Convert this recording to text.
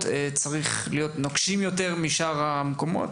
צריך להיות נוקשים יותר משאר המקומות.